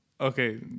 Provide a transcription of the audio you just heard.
Okay